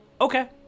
Okay